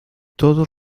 todos